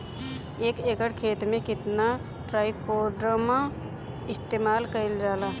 एक एकड़ खेत में कितना ट्राइकोडर्मा इस्तेमाल कईल जाला?